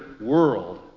world